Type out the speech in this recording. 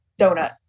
donut